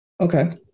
Okay